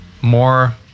more